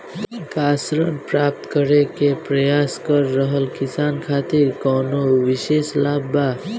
का ऋण प्राप्त करे के प्रयास कर रहल किसान खातिर कउनो विशेष लाभ बा?